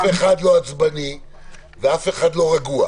אף אחד לא יירגע ואף אחד לא עצבני ואף אחד לא רגוע.